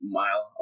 mile